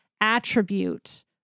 attribute